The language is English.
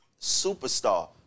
superstar